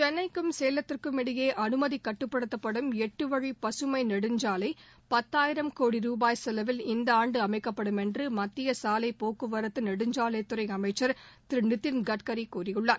சென்னைக்கும் சேலத்திற்கும் இடையே அனுமதி கட்டுப்படுத்தப்படும் எட்டு வழி பசுமை நெடுஞ்சாலை பத்தாயிரம் கோடி ரூபாய் செலவில் இந்த ஆண்டு அமைக்கப்படும் என்று மத்திய சாலைப் போக்குவரத்து நெடுஞ்சாலைத் துறை அமைச்சர் திரு நிதின் கட்கரி கூறியுள்ளார்